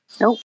Nope